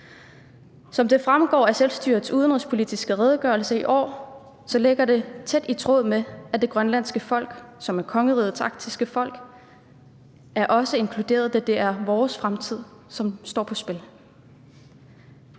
Som det fremgår af selvstyrets udenrigspolitiske redegørelse fra i år, ligger det godt i tråd med, at det grønlandske folk, som er kongerigets arktiske folk, også er inkluderet, da det er vores fremtid, der står på spil.